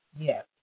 Yes